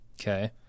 okay